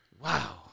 Wow